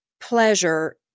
pleasure